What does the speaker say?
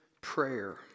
prayer